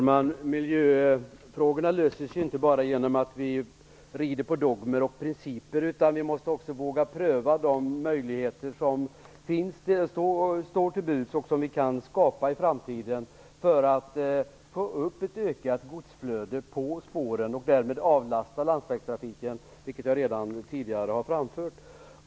Herr talman! Miljöfrågorna löses inte genom att vi rider på dogmer och principer. Vi måste också våga pröva de möjligheter som står till buds och som vi kan skapa i framtiden för att få ett ökat godsflöde på spåren och därmed avlasta landsvägstrafiken. Detta har jag redan tidigare framfört.